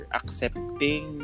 accepting